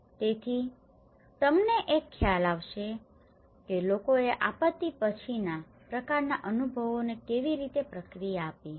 તેથી તમને એક ખ્યાલ આવશે કે લોકોએ આપત્તિ પછીના આ પ્રકારના અનુભવોને કેવી પ્રતિક્રિયા આપી છે